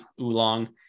Oolong